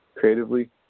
creatively